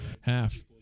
Half